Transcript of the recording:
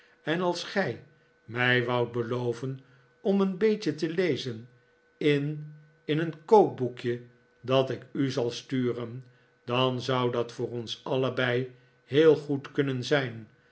en als gij mij woudt beloven om een beetje te lezen in in een kookboekje dat ik u zal sturen dan zou dat voor ons allebei heel goed kunnen zijn